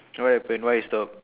what happen why you stop